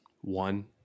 One